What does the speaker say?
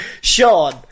Sean